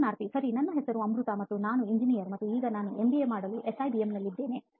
ಸಂದರ್ಶನಾರ್ಥಿಸರಿ ನನ್ನ ಹೆಸರು ಅಮೃತ ಮತ್ತು ನಾನು Engineer ಮತ್ತು ಈಗ ನನ್ನ MBA ಮಾಡಲು ನಾನು SIBMನಲ್ಲಿದ್ದೇನೆ